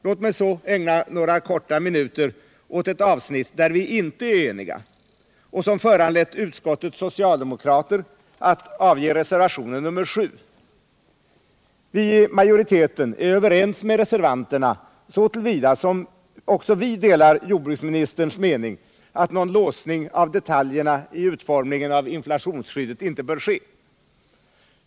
Låt mig sedan ägna några minuter åt ett avsnitt där vi inte är eniga, vilket föranlett utskottets socialdemokrater att avge reservationen 7. Vi i utskottsmajoriteten är överens med reservanterna så till vida som också vi delar jordbruksministerns mening att någon låsning av detaljerna i utformningen av inflationsskyddet inte bör ske.